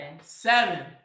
Seven